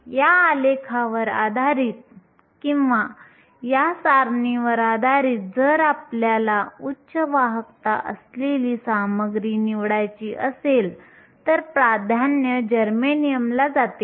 या आलेखावर आधारित किंवा या सारणीवर आधारित जर आपल्याला उच्च वाहकता असलेली सामग्री निवडायची असेल तर प्राधान्य जर्मेनियमला जाते